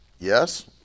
Yes